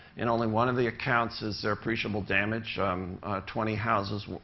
in only one of the accounts is there appreciable damage um twenty houses what